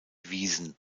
wiesen